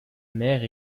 mère